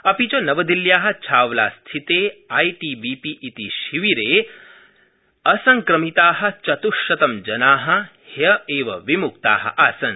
अपि च नवदिल्ल्या छावलास्थिते आईटीबीपी इति शिविरे असंक्रकिता चत्श्शतं जना द्य एव विमुक्ता आसन्